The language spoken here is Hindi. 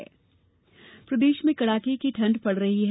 मौसम प्रदेश में कड़ाके की ठंड पड़ रही है